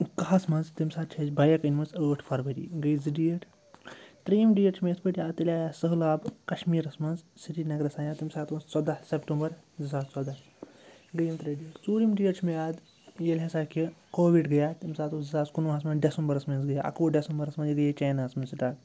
کاہس منٛز تیٚمہِ ساتہٕ چھِ اَسہِ بایک أنۍ مٕژ ٲٹھ فرؤری گٔے زٕ ڈیٹ ترٛیم ڈیٹ چھِ مےٚ یِتھ پٲٹھۍ تیٚلہِ آے سٔہلاب کَشمیٖرَس منٛز سرینگرَس آیہِ تمہِ ساتہٕ اوس ژۄداہ سٮ۪پٹَمبَر زٕ ساس ژۄداہ گٔے یِم ترٛےٚ ڈیٹ ژوٗرِم ڈیٹ چھُ مےٚ یاد ییٚلہِ ہَسا کہِ کووِڈ گٔیے تَمہِ ساتہٕ اوس زٕ ساس کُنوُہَس منٛز ڈٮ۪سُمبرس منٛز گٔیے اَکوُہ ڈٮ۪سُمبرس منٛز یہِ گٔیے چایناہَس منٛز سٹاٹ